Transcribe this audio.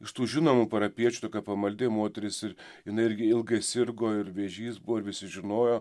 iš tų žinomų parapijiečių tokia pamaldi moteris ir jinai irgi ilgai sirgo ir vėžys buvo ir visi žinojo